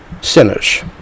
sinners